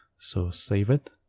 so save it,